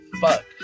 Fuck